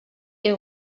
est